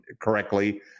correctly